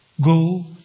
go